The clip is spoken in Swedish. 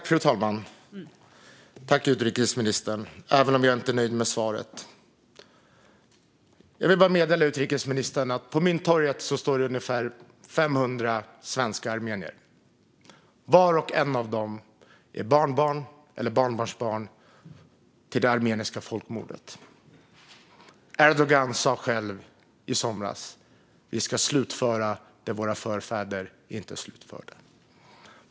Fru talman! Tack, utrikesministern, även om jag inte är nöjd med svaret! Jag vill bara meddela utrikesministern att på Mynttorget står nu ungefär 500 svenska armenier. Var och en av dem är barnbarn eller barnbarnsbarn till människor som utsattes för det armeniska folkmordet. Erdogan sa själv i somras: Vi ska slutföra det våra förfäder inte slutförde.